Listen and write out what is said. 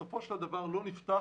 אם לא נפתח